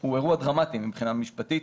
הוא אירוע דרמטי מבחינה משפטית,